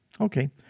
Okay